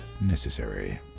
necessary